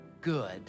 good